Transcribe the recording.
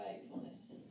faithfulness